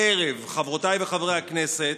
הערב, חברותיי וחברי הכנסת,